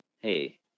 Hey